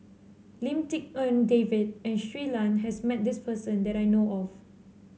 Lim Tik En David and Shui Lan has met this person that I know of